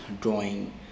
drawing